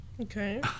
Okay